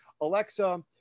alexa